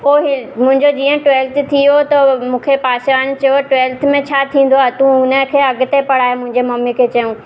पोइ हीअं मुंहिंजो जीअं ट्वेल्थ थी वियो मूंखे पासे वारनि चयो ट्वेल्थ में छा थींदो आहे तूं हुनखे अॻिते पढ़ाए मुंहिंजे मम्मी खे चयऊं